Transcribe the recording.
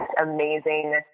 amazing